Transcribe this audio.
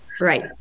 Right